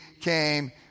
came